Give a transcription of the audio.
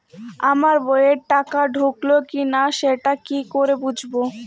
আমার বইয়ে টাকা ঢুকলো কি না সেটা কি করে বুঝবো?